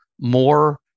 more